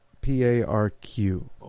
P-A-R-Q